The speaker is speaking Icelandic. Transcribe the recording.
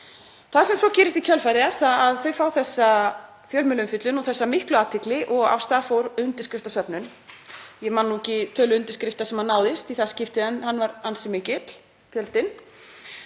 Það sem gerist í kjölfarið er að þau fá þessa fjölmiðlaumfjöllun og þessa miklu athygli og af stað fór undirskriftasöfnun. Ég man nú ekki tölu undirskrifta sem náðist í það skipti en fjöldinn var ansi mikill.